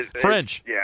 french